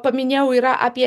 paminėjau yra apie